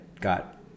got